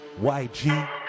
YG